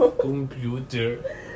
computer